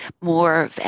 more